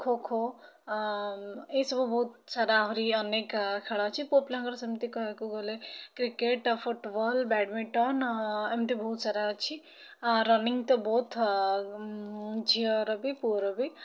ଖୋ ଖୋ ଏସବୁ ବହୁତ ସାରା ଆହୁରି ଅନେକ ଖେଳ ଅଛି ପୁଅପିଲାଙ୍କର ସେମିତି କହିଆକୁ ଗଲେ କ୍ରିକେଟ୍ ଫୁଟବଲ୍ ବ୍ୟାଡ଼ମିଟନ୍ ଏମିତି ବହୁତ ସାରା ଅଛି ରନିଂ ତ ବୋଥ୍ ଝିଅର ବି ପୁଅର ବି